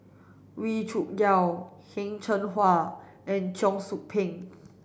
Wee Cho Yaw Heng Cheng Hwa and Cheong Soo Pieng